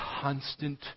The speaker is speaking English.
constant